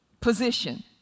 position